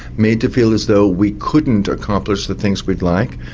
made to feel as though we couldn't accomplish the things we'd like,